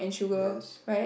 yes